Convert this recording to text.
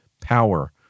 power